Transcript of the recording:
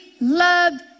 loved